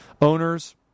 Owners